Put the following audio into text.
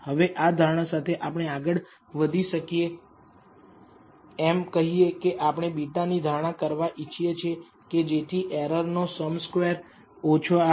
હવે આ ધારણા સાથે આપણે આગળ વધી શકીએ આપણે કહીએ કે આપણે β ની ધારણા કરવા ઇચ્છીએ છીએ કે જેથી એરર નો સમ સ્ક્વેર્ ઓછો આવે